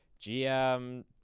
gm